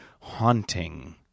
haunting